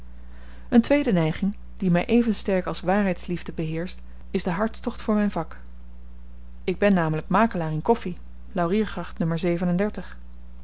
een tweede neiging die my even sterk als waarheidsliefde beheerscht is de hartstocht voor myn vak ik ben namelyk makelaar in koffi lauriergracht n